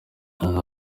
yagize